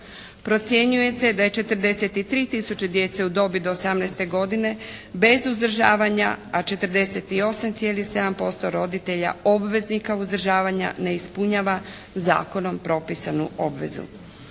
Procjenjuje se da je 43 tisuće djece u dobi do 18. godine bez uzdržavanja a 48,7% roditelja obveznika uzdržavanja ne ispunjava zakonom propisanu obvezu.